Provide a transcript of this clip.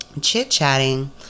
chit-chatting